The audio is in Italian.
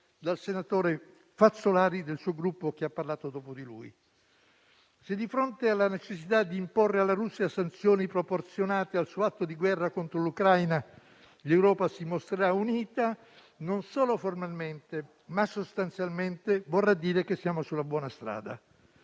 del senatore Fazzolari, del suo Gruppo, che ha parlato dopo di lui. Se, di fronte alla necessità di imporre alla Russia sanzioni proporzionate al suo atto di guerra contro l'Ucraina, l'Europa si mostrerà unita non solo formalmente, ma anche sostanzialmente, vorrà dire che siamo sulla buona strada.